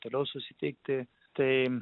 toliau susitikti tai